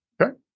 Okay